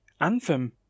Anthem